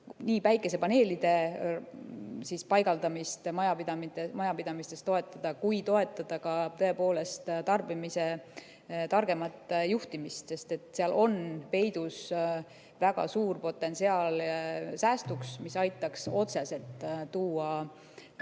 nii päikesepaneelide paigaldamist majapidamistes kui toetada ka tõepoolest tarbimise targemat juhtimist, sest seal on peidus väga suur potentsiaal säästuks, mis aitaks otseselt tuua